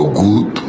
good